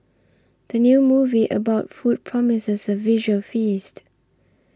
the new movie about food promises a visual feast